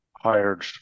hired